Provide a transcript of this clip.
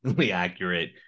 accurate